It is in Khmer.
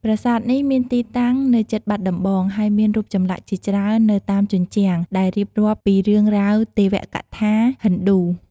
ប្រាសាទនេះមានទីតាំងនៅជិតបាត់ដំបង ហើយមានរូបចម្លាក់ជាច្រើននៅតាមជញ្ជាំង ដែលរៀបរាប់ពីរឿងរ៉ាវទេវកថាហិណ្ឌូ។